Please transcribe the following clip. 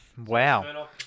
Wow